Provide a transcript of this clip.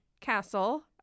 castle